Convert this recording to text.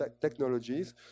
technologies